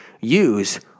use